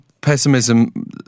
pessimism